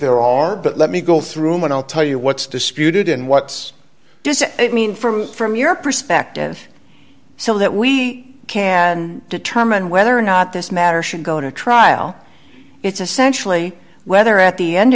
there are but let me go through mine i'll tell you what's disputed and what's does it mean for from your perspective so that we can determine whether or not this matter should go to trial it's essentially whether at the end